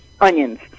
onions